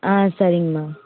ஆ சரிங்கம்மா